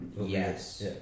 Yes